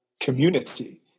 community